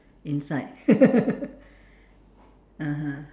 inside (uh huh)